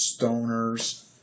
stoners